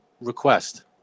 request